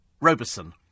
Roberson